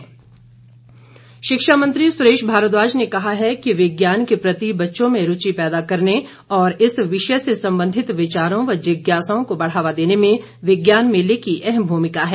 सुरेश भारद्वाज शिक्षा मंत्री सुरेश भारद्वाज ने कहा है कि विज्ञान के प्रति बच्चों में रूचि पैदा करने और इस विषय से संबंधित विचारों व जिज्ञासाओं को बढ़ावा देने में विज्ञान मेले की अहम भूमिका है